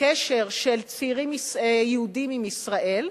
בקשר של צעירים יהודים עם ישראל,